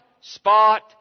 spot